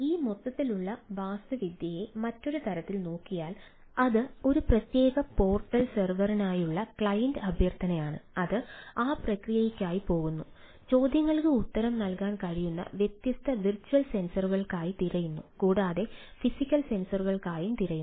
ഈ മൊത്തത്തിലുള്ള വാസ്തുവിദ്യയെ മറ്റൊരു തരത്തിൽ നോക്കിയാൽ അത് ഒരു പ്രത്യേക പോർട്ടൽ സെർവറിനായുള്ള ക്ലയന്റ് അഭ്യർത്ഥനയാണ് അത് ആ പ്രക്രിയയ്ക്കായി പോകുന്നു ചോദ്യങ്ങൾക്ക് ഉത്തരം നൽകാൻ കഴിയുന്ന വ്യത്യസ്ത വിർച്വൽ സെൻസറുകൾക്കായി തിരയുന്നു കൂടാതെ ഫിസിക്കൽ സെൻസറുകൾക്കായും തിരയുന്നു